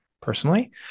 personally